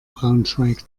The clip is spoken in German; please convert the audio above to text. braunschweig